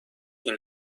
این